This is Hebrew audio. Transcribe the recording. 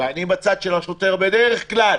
ואני בצד של השוטר בדרך כלל,